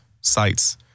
sites